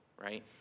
right